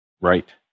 Right